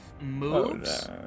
moves